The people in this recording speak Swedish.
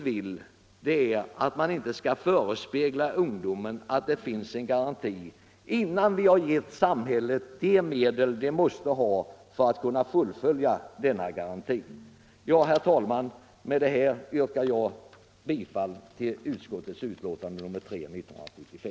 Men vad utskottet inte vill vara med om är att förespegla ungdomen att det finns några garantier innan vi har givit samhället de medel som samhället måste ha för att kunna ställa garantier. Herr talman! Med det anförda ber jag att få yrka bifall till utskottets hemställan i inrikesutskottets betänkande nr 3.